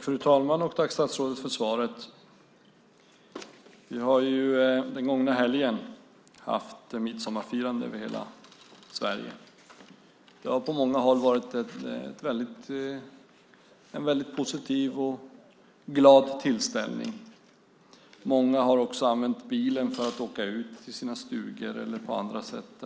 Fru talman! Tack, statsrådet, för svaret. Den gångna helgen har det varit midsommarfirande över hela Sverige. Det har på många håll varit en positiv och glad tillställning. Många har använt bilen för att åka ut till sina stugor eller på andra sätt